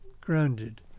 grounded